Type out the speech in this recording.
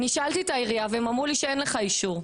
אני שאלתי את העירייה והם אמרו לי שאין לך אישור.